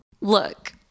Look